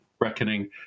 reckoning